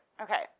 okay